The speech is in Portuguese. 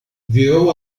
virou